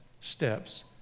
steps